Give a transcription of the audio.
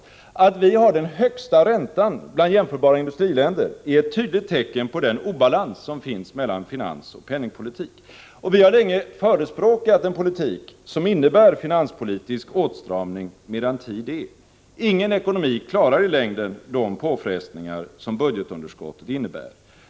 Det förhållandet att vi har den högsta räntan bland jämförbara industriländer är ett tydligt tecken på den obalans som finns mellan finansoch penningspolitik, och vi har länge förespråkat en politik som innebär finanspolitiska åtstramningar medan tid är. Ingen ekonomi klarar i längden de påfrestningar som vårt stora budgetunderskott innebär.